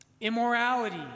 Immorality